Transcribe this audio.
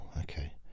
Okay